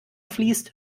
fließt